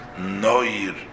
Noir